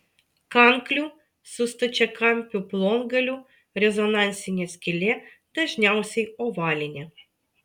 kanklių su stačiakampiu plongaliu rezonansinė skylė dažniausiai ovalinė